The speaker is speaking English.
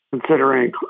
considering